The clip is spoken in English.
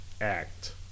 act